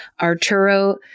Arturo